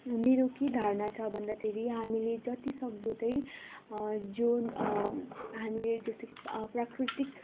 मेरो के धारणा छ भन्दाखेरि हामीले जति सक्दो त जुन हामीले जस्तो कि प्राकृतिक